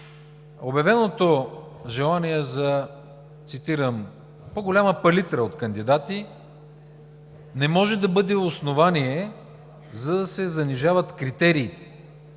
Обявеното желание – цитирам – „за по-голяма палитра от кандидати“ не може да бъде основание, за да се занижават критерии,